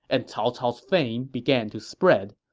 and cao cao's fame began to spread.